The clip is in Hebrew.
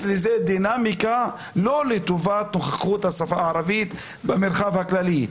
לזה דינמיקה שאינה לטובת נוכחות השפה הערבית במרחב הכללי.